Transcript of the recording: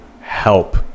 help